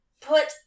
put